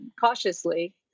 cautiously